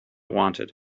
wanted